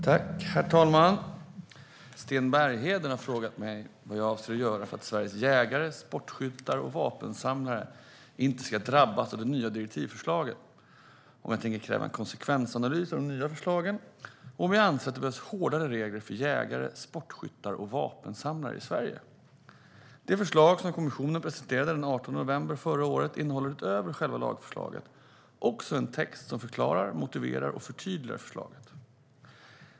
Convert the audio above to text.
Svar på interpellationer Herr talman! Sten Bergheden har frågat mig vad jag avser att göra för att Sveriges jägare, sportskyttar och vapensamlare inte ska drabbas av det nya direktivförslaget, om jag tänker kräva en konsekvensanalys av de nya förslagen och om jag anser att det behövs hårdare regler för jägare, sportskyttar och vapensamlare i Sverige. Det förslag som kommissionen presenterade den 18 november förra året innehåller utöver själva lagförslaget också text som förklarar, motiverar och förtydligar förslaget.